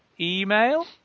email